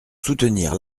soutenir